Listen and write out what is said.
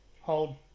hold